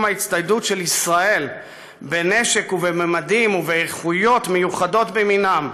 ההצטיידות של ישראל בנשק ובממדים ובאיכויות מיוחדים במינם.